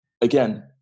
again